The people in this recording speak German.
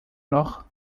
noch